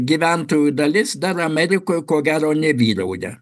gyventojų dalis dar amerikoj ko gero nevyrauja